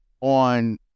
on